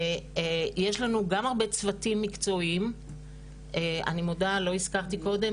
שיש לנו גם הרבה צוותים מקצועיים - אני מודה לא הזכרתי קודם,